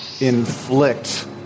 inflict